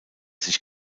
sich